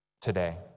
today